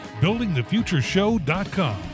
buildingthefutureshow.com